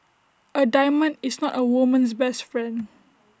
A diamond is not A woman's best friend